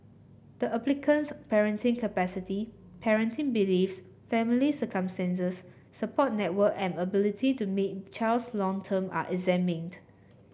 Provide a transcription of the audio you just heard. the applicant's parenting capacity parenting beliefs family circumstances support network and ability to meet child's long term are examined